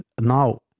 Now